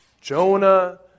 Jonah